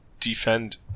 defend